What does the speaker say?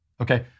Okay